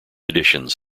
editions